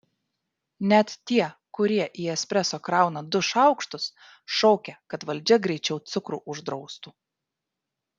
net tie kurie į espreso krauna du šaukštus šaukia kad valdžia greičiau cukrų uždraustų